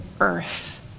earth